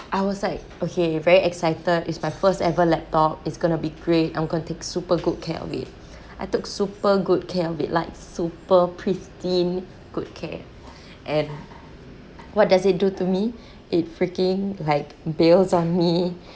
I was like okay very excited it's my first ever laptop it's gonna be great I'm going to take super good care of it I took super good care of it like super pristine good care and what does it do to me it freaking like bails on me